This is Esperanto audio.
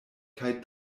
kaj